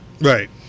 Right